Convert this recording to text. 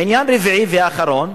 עניין רביעי ואחרון,